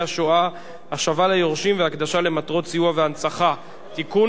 השואה (השבה ליורשים והקדשה למטרות סיוע והנצחה) (תיקון,